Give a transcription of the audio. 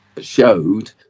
showed